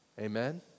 Amen